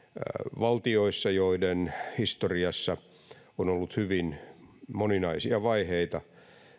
valtioissa joiden historiassa on ollut hyvin moninaisia vaiheita